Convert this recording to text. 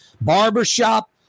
barbershop